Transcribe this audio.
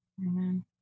Amen